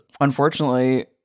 unfortunately